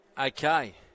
Okay